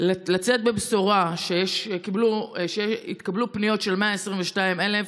לצאת בבשורה שהתקבלו פניות של 122,000,